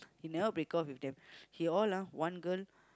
he never break off with them he all ah one girl